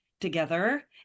together